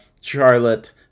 Charlotte